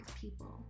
people